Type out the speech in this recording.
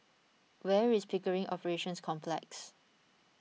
where is Pickering Operations Complex